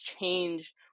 change